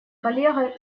коллегой